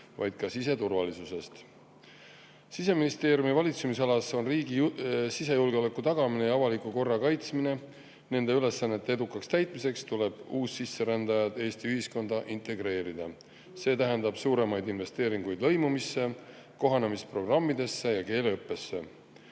on ka siseturvalisusest. Siseministeeriumi valitsemisalasse [kuuluvad] riigi sisejulgeoleku tagamine ja avaliku korra kaitsmine. Nende ülesannete edukaks täitmiseks tuleb uussisserändajad Eesti ühiskonda integreerida. See tähendab suuremaid investeeringuid lõimumisse, kohanemisprogrammidesse ja keeleõppesse.